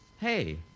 Hey